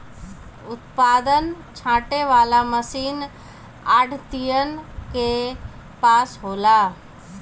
उत्पादन छाँटे वाला मशीन आढ़तियन के पास होला